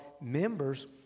members